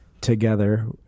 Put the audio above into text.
together